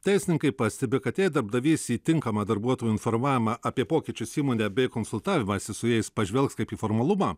teisininkai pastebi kad jei darbdavys į tinkamą darbuotojų informavimą apie pokyčius įmonę bei konsultavimąsi su jais pažvelgs kaip į formalumą